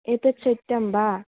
एतत् सत्यं वा